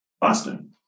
Boston